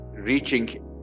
reaching